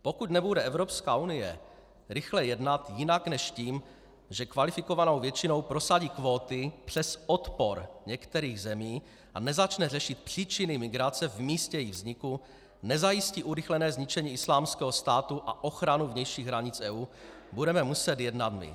Pokud nebude Evropská unie rychle jednat jinak než tím, že kvalifikovanou většinou prosadí kvóty přes odpor některých zemí, a nezačne řešit příčiny migrace v místě jejich vzniku, nezajistí urychlené zničení Islámského státu a ochranu vnějších hranic EU, budeme muset jednat my.